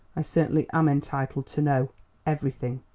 i certainly am entitled to know everything.